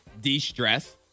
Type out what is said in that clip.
de-stress